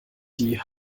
die